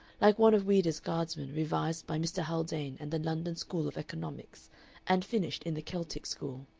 like one of ouida's guardsmen revised by mr. haldane and the london school of economics and finished in the keltic school.